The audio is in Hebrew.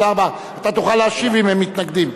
תוכל להשיב אם הם מתנגדים.